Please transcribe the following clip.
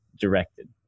directed